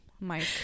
Mike